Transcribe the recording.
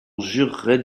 jurerait